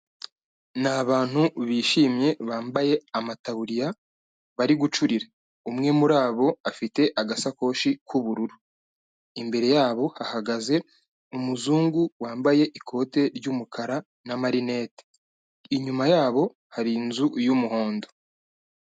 Ni abantu bishimye bambaye amataburiya bari gucurira, umwe muri abo afite agasakoshi k'ubururu, imbere yabo hahagaze umuzungu wambaye ikote ry'umukara n'amarinete, inyuma yabo hari inzu y'umuhondo.